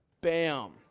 bam